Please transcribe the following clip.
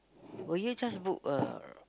will you just book a